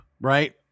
right